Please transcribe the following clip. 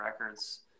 records